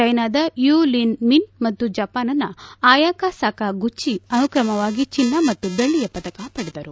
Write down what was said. ಚೈನಾದ Yu Lin Min ಮತ್ತು ಜಪಾನ್ನ ಅಯಾಕಾ ಸಕಾ ಗುಚಿ ಅನುಕ್ರಮವಾಗಿ ಚಿನ್ನ ಮತ್ತು ಬೆಳ್ಳಿಯ ಪದಕ ಪಡೆದರು